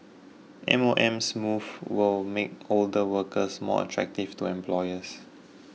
M O M's moves will make older workers more attractive to employers